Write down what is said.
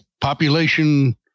population